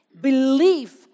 Belief